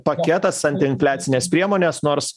paketas antiinfliacinės priemones nors